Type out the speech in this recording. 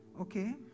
Okay